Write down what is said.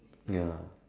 ya